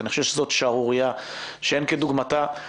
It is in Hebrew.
אני חושב שזאת שערורייה שאין כדוגמתה.